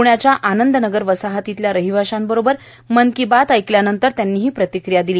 प्ण्याच्या आनंदनगर वसाहतीतल्या रहिवाशांबरोबर मन की बात ऐकल्यानंतर त्यांनी ही प्रतिक्रिया दिली